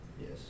Yes